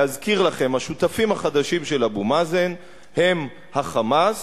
להזכיר לכם: השותפים החדשים של אבו מאזן הם ה"חמאס",